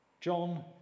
John